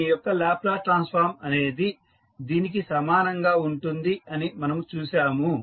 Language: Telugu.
దీని యొక్క లాప్లాస్ ట్రాన్సఫార్మ్ అనేది దీనికి సమానంగా ఉంటుంది అని మనము చూసాము